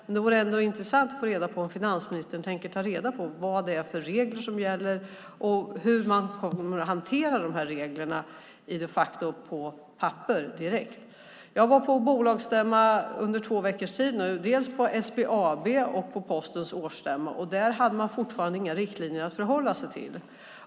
Men det vore ändå intressant att få reda på om finansministern tänker ta reda på vad det är för regler som gäller och hur man de facto kommer att hantera reglerna på papper direkt. Jag har varit på bolagsstämmor under två veckors tid nu, på SBAB och på Postens årsstämma. Där hade man fortfarande inga riktlinjer att förhålla sig till.